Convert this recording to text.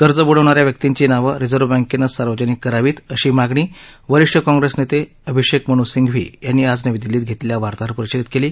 कर्ज बुडवणाऱ्या व्यक्तींची नावं रिझर्व्ह बँकेनं सार्वजनिक करावीत अशी मागणी वरिष्ठ काँग्रेस नेते अभिषेक मनु सिंघवी यांनी आज नवी दिल्लीत घेतलेल्या वार्ताहर परिषदेत केली